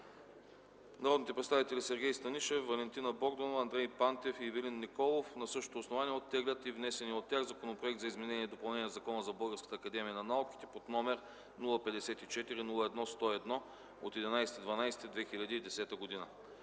Народните представители Сергей Станишев, Валентина Богданова, Андрей Пантев и Ивелин Николов на същото основание оттеглят и внесения от тях Законопроект за изменение и допълнение на Закона за Българската академия на науките с № 054-01-101 от 11.12.2010 г.